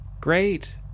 Great